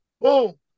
Boom